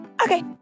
Okay